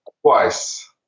Twice